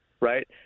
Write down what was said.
right